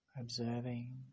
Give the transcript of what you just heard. observing